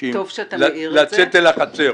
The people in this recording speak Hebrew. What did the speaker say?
ודורשים לצאת אל החצר.